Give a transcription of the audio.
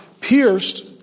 pierced